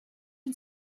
and